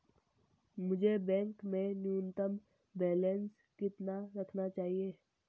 मुझे बैंक में न्यूनतम बैलेंस कितना रखना चाहिए?